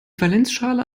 valenzschale